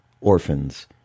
orphans